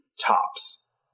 Tops